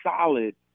solid